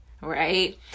right